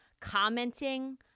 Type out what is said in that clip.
commenting